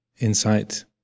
insight